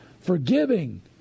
forgiving